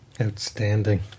Outstanding